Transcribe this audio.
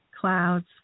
clouds